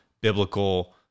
biblical